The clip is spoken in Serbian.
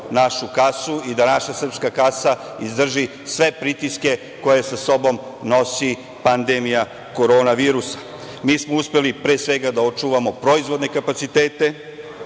našu kasu i da naša srpska kasa izdrži sve pritiske koje sa sobom nosi pandemija korona virusa. Mi smo uspeli pre svega da očuvamo proizvodne kapacitete,